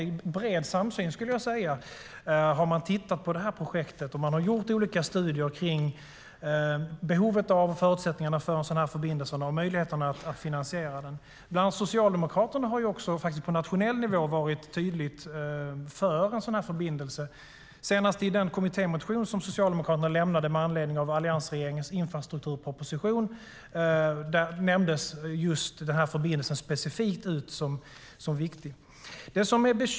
I bred samsyn har man tittat på projektet och gjort olika studier kring behovet av och förutsättningarna för en sådan förbindelse och av möjligheterna att finansiera den. Bland annat Socialdemokraterna har på nationell nivå varit tydligt för en sådan här förbindelse, senast i den kommittémotion som Socialdemokraterna lämnade med anledning av alliansregeringens infrastrukturproposition. Där nämndes just denna förbindelse specifikt som viktig.